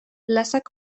plazak